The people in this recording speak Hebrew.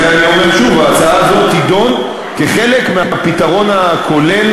לכן אני אומר שוב שההצעה הזאת תידון כחלק מהפתרון הכולל